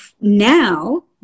now